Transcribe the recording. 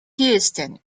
houston